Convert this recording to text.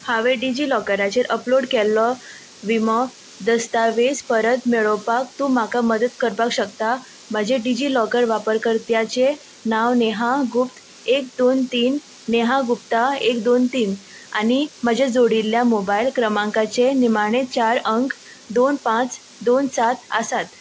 हांवें डिजी लॉकराचेर अपलोड केल्लो विमो दस्तावेज परत मेळोवपाक तूं म्हाका मदत करपाक शकता म्हजें डिजी लॉकर वापर कर्त्याचें नांव नेहा गुप्ता एक दोन तीन नेहा गुप्ता एक दोन तीन आनी म्हजे जोडिल्ल्या मोबायल क्रमांकाचे निमाणे चार अंक दोन पांच दोन सात आसात